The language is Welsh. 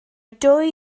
dwy